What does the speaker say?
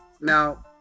Now